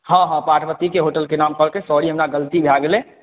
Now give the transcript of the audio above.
हॅं हॅं पार्वती होटल के नाम कहलकै सॉरी हमरा गलती भय गेलै